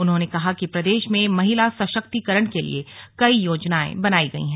उन्होंने कहा कि प्रदेश में महिला सशक्तीकरण के लिए कई योजनाए बनाई गई हैं